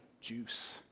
juice